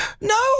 No